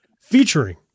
featuring